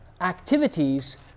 activities